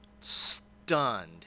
stunned